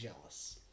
jealous